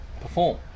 perform